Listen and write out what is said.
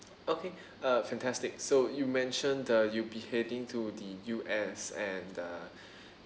okay uh fantastic so you mentioned the you'll be heading to the U_S and the